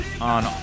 on